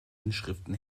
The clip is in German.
inschriften